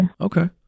okay